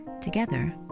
Together